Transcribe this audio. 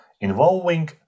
involving